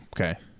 Okay